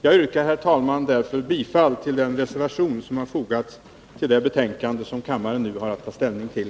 Jag yrkar, herr talman, därför bifall till den reservation som har fogats till det betänkande som kammaren nu har att ta ställning till.